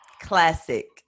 classic